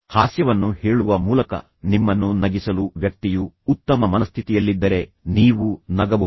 ಹಾಸ್ಯವನ್ನು ಹೇಳುವ ಮೂಲಕ ನಿಮ್ಮನ್ನು ನಗಿಸಲು ವ್ಯಕ್ತಿಯು ಉತ್ತಮ ಮನಸ್ಥಿತಿಯಲ್ಲಿದ್ದರೆ ನೀವು ನಗಬಹುದು